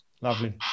Lovely